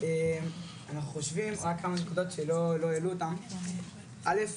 אנחנו חושבים, רק כמה נקודות שלא העלו אותן, א.